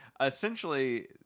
essentially